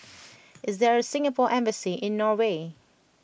is there a Singapore embassy in Norway